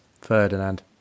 Ferdinand